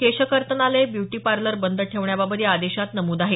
केशकर्तनालय beauty parlour बंद ठेवण्याबाबत या आदेशात नमूद आहे